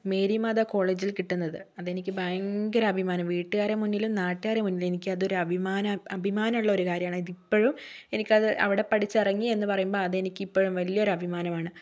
മേരിമാത കോളേജിൽ കിട്ടുന്നത് അത് എനിക്ക് ഭയങ്കര അഭിമാനം വീട്ടുകാരുടെ മുന്നിലും നാട്ടുകാരുടെ മുന്നിലും അത് എനിക്കൊരു അഭിമാനം അഭിമാനം ഉള്ള കാര്യമാണ് ഇപ്പോഴും എനിക്ക് അത് അവിടെ പഠിച്ച ഇറങ്ങി എന്ന് പറയുമ്പോൾ അതെനിക്ക് ഇപ്പോഴും വലിയൊരു അഭിമാനമാണ്